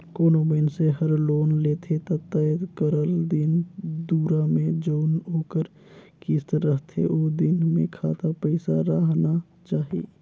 कोनो मइनसे हर लोन लेथे ता तय करल दिन दुरा में जउन ओकर किस्त रहथे ओ दिन में खाता पइसा राहना चाही